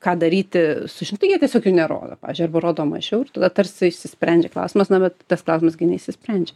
ką daryti su šitokia tiesiog jų nerodo pavyzdžiui arba rodo mažiau ir tada tarsi išsisprendžia klausimas na bet tas klausimas gi neišsisprendžia